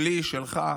שלי, שלך,